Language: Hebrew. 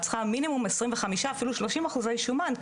את צריכה מינימום 25 אפילו 30 אחוזי שומן,